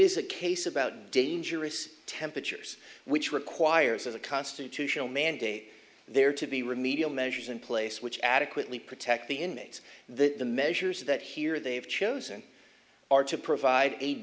is a case about dangerous temperatures which requires a constitutional mandate there to be remedial measures in place which adequately protect the inmates the measures that here they've chosen are to provide a